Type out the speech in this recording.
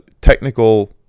technical